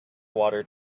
water